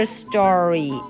story